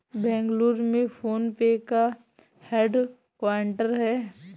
बेंगलुरु में PhonePe का headquarter हैं